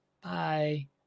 Bye